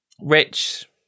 Rich